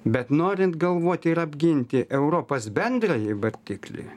bet norint galvoti ir apginti europos bendrąjį vardiklį